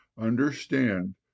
Understand